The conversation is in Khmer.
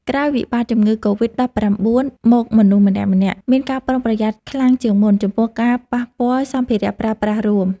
ក្រោយវិបត្តិជំងឺកូវីដដប់ប្រាំបួនមកមនុស្សម្នាក់ៗមានការប្រុងប្រយ័ត្នខ្លាំងជាងមុន ចំពោះការប៉ះពាល់សម្ភារៈប្រើប្រាស់រួម។